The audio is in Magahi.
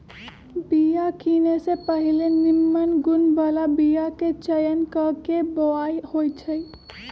बिया किने से पहिले निम्मन गुण बला बीयाके चयन क के बोआइ होइ छइ